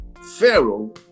Pharaoh